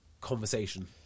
conversation